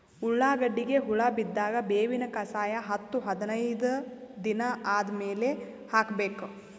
ಉಳ್ಳಾಗಡ್ಡಿಗೆ ಹುಳ ಬಿದ್ದಾಗ ಬೇವಿನ ಕಷಾಯ ಹತ್ತು ಹದಿನೈದ ದಿನ ಆದಮೇಲೆ ಹಾಕಬೇಕ?